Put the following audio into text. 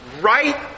right